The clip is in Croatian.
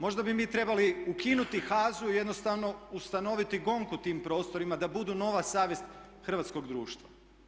Možda bi mi trebali ukinuti HAZU, jednostavno ustanoviti GONG u tim prostorima, da budu nova savjest hrvatskog društva.